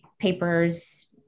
papers